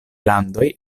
landoj